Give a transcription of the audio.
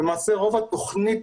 למעשה רוב התוכנית